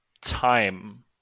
time